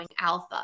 alpha